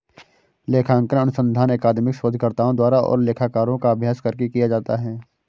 लेखांकन अनुसंधान अकादमिक शोधकर्ताओं द्वारा और लेखाकारों का अभ्यास करके किया जाता है